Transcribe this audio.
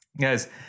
Guys